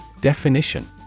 Definition